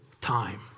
time